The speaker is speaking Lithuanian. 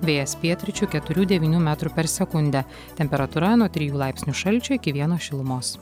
vėjas pietryčių keturių devynių metrų per sekundę temperatūra nuo trijų laipsnių šalčio iki vieno šilumos